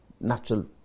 natural